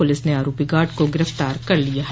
police ने आरोपी guard को गिरफ्तार कर लिया है